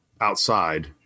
outside